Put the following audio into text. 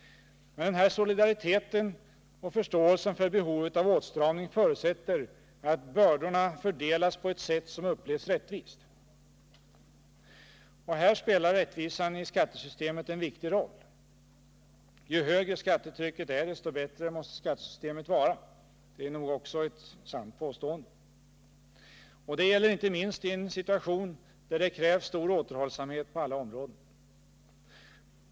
Men den solidariteten och förståelsen för behovet av åtstramning förutsätter att bördorna fördelas på ett sätt som upplevs rättvist. Och här spelar rättvisan i skattesystemet en viktig roll. Ju högre skattetrycket är, desto bättre måste skattesystemet vara — det är nog också ett sant påstående. Och det gäller inte minst i en situation där det krävs stor återhållsamhet på alla områden.